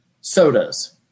sodas